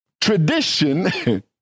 tradition